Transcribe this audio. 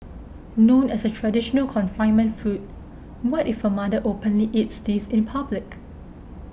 known as a traditional confinement food what if a mother openly eats this in public